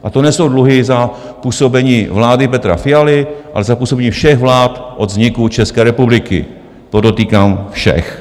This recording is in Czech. A to nejsou dluhy za působení vlády Petra Fialy, ale za působení všech vlád od vzniku České republiky, podotýkám, všech.